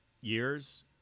years